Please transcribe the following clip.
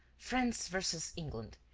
france versus england.